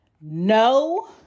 No